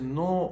no